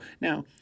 Now